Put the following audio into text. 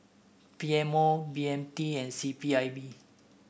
P M O B M T and C P I B